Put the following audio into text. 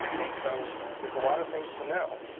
and so there's a lot of things to know.